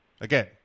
again